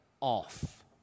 off